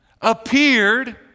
appeared